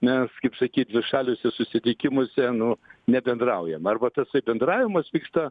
mes kaip sakyt dvišaliuose susitikimuose nu nebendraujam arba tasai bendravimas vyksta